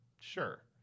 sure